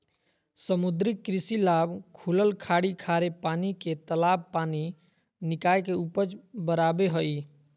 समुद्री कृषि लाभ खुलल खाड़ी खारे पानी के तालाब पानी निकाय के उपज बराबे हइ